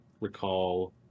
recall